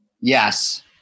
Yes